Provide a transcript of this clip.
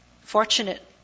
Fortunate